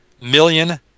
million